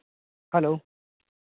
hello